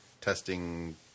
testing